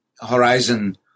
horizon